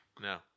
No